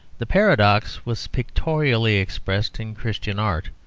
the paradox was pictorially expressed in christian art,